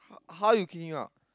how you kick him out